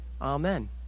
Amen